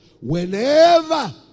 Whenever